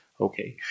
Okay